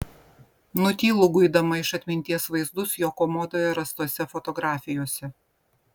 nutylu guidama iš atminties vaizdus jo komodoje rastose fotografijose